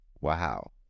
Wow